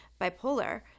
bipolar